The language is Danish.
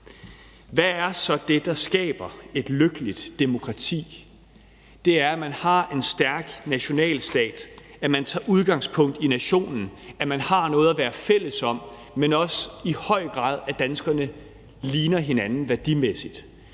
Hvad er så det, der skaber et lykkeligt demokrati? Det er, at man har en stærk nationalstat, at man tager udgangspunkt i nationen, at man har noget at være fælles om, men i høj grad også, at danskerne ligner hinanden værdimæssigt.